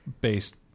based